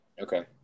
Okay